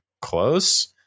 close